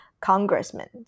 congressman